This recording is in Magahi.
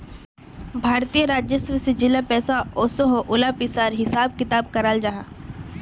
भारतीय राजस्व से जेला पैसा ओसोह उला पिसार हिसाब किताब कराल जाहा